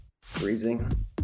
Freezing